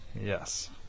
Yes